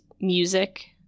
music